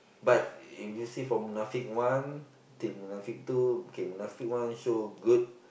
but if you see from Munafik one till Munafik two K Munafik one show good